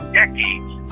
decades